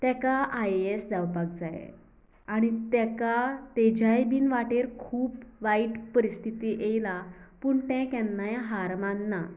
तेका I A S जावपाक जाय आनी तेका तेज्याय बीन वाटेर खूब वायट परिस्थिती येयला पूण तें केन्नाय हार मानना